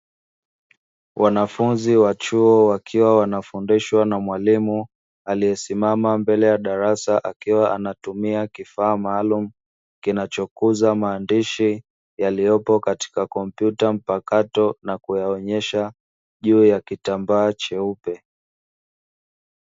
Wanafunzi wa chuo wakiwa wanafundishwa na mwalimu aliyesimama mbele ya darasa akiwa anatumia kifaa maalumu, kinachokuza maandishi yaliyopo katika kompyuta mpakato na kuyaonyesha juu ya kitambaa cheupe.